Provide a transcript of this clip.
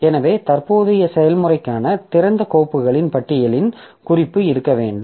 எனவே தற்போதைய செயல்முறைக்கான திறந்த கோப்புகளின் பட்டியலின் குறிப்பு இருக்க வேண்டும்